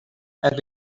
had